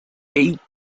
eight